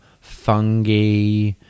fungi